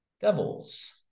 devils